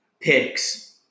picks